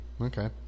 Okay